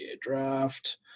draft